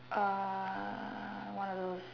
uh one of those